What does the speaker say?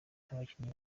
n’abakinnyi